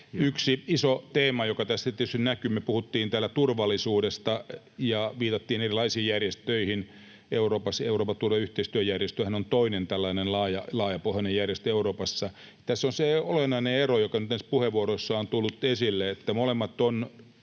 Yksi iso teema, joka tässä tietysti näkyy: Me puhuimme täällä turvallisuudesta, ja viitattiin erilaisiin järjestöihin Euroopassa, ja Euroopan turvallisuus‑ ja yhteistyöjärjestöhän on toinen tällainen laajapohjainen järjestö Euroopassa. Tässä on se olennainen ero, joka nyt näissä puheenvuoroissa on tullut esille, että molemmat